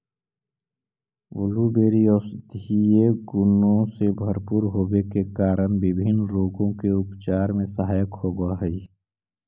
blueberry औषधीय गुणों से भरपूर होवे के कारण विभिन्न रोगों के उपचार में सहायक होव हई